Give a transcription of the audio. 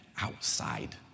outside